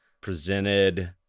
presented